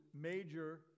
major